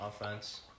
offense